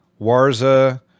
Warza